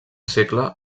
segle